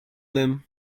them